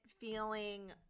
feeling